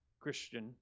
Christian